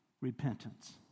repentance